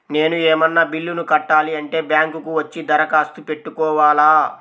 నేను ఏమన్నా బిల్లును కట్టాలి అంటే బ్యాంకు కు వచ్చి దరఖాస్తు పెట్టుకోవాలా?